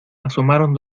asomaron